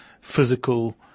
physical